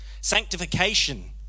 Sanctification